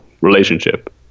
relationship